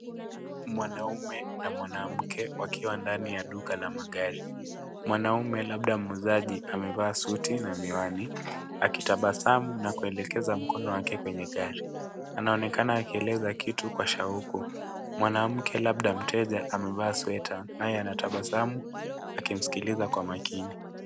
Mwanaume na mwanamke wakiwa ndani ya duka ya magari. Mwanaume labda muuzaji amevaa suti na miwani akitabasamu na kuelekeza mkono wake kwenye gari. Anaonekana akieleza kitu kwa shauku. Mwanamke labda mteja amevaa sweta naye anatabasamu akimskiliza kwa makini.